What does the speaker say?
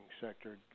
sector